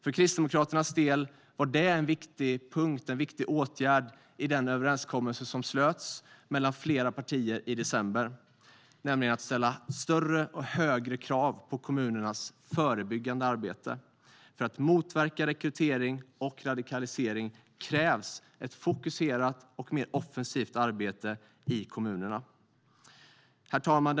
För Kristdemokraternas del var det en viktig åtgärd i den överenskommelse som slöts mellan flera partier i december, nämligen att ställa större och högre krav på kommunernas förebyggande arbete. För att motverka rekrytering och radikalisering krävs ett fokuserat och mer offensivt arbete i kommunerna. Herr talman!